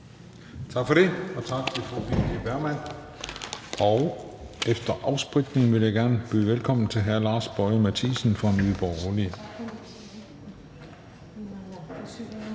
Tak for det, og tak til fru Birgitte Bergman. Efter en afspritning vil jeg gerne byde velkommen til hr. Lars Boje Mathiesen fra Nye Borgerlige